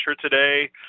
today